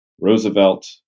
Roosevelt